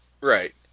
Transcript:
Right